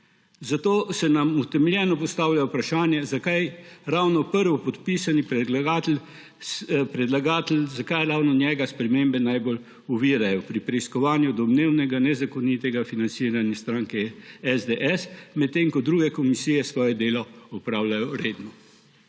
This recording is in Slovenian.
Zato se nam utemeljeno postavlja vprašanje, zakaj ravno prvopodpisanega predlagatelja spremembe najbolj ovirajo pri preiskovanju domnevnega nezakonitega financiranja stranke SDS, medtem ko druge komisije svoje delo opravljajo redno.